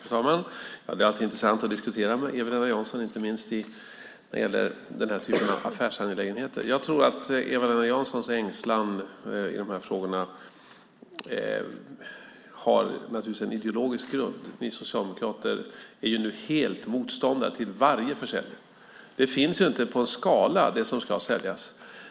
Fru talman! Det är alltid intressant att diskutera med Eva-Lena Jansson, inte minst vad gäller den här typen av affärsangelägenheter. Eva-Lena Janssons ängslan i de här frågorna har naturligtvis en ideologisk grund. Ni socialdemokrater är nu helt motståndare till varje försäljning. Det finns inte på en skala det som ska säljas.